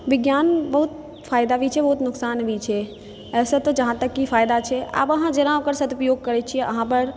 विज्ञानं बहुत फायदा भी छै नुकसान भी छै एहिसऽ तऽ जहांँ तक फायदा छै अब अहाँ ओकर जेना सदुपयोग करै छी अहाँ पर